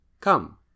Come